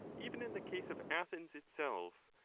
even in the case of athens itself,